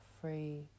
free